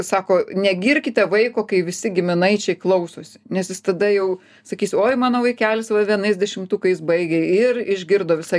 sako negirkite vaiko kai visi giminaičiai klausosi nes jis tada jau sakys oi mano vaikelis va vienais dešimtukais baigė ir išgirdo visa